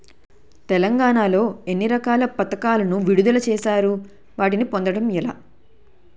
తెలంగాణ లో ఎన్ని రకాల పథకాలను విడుదల చేశారు? వాటిని పొందడం ఎలా?